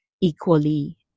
equally